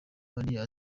mariya